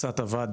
קצת אבד